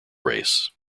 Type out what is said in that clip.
race